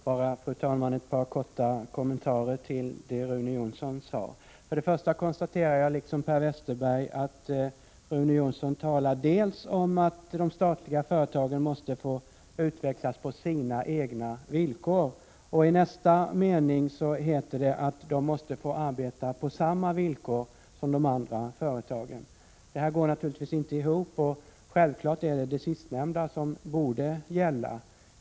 Fru talman! Jag vill bara göra ett par kommentarer till det Rune Jonsson sade. Jag kan börja med att liksom Per Westerberg konstatera att Rune Jonsson talar om att de statliga företagen måste få utvecklas på sina egna villkor. Men i nästa mening heter det att de måste få arbeta på samma villkor som de andra företagen. Detta går naturligtvis inte ihop, och självfallet är det det sistnämnda som borde gälla.